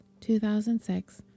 2006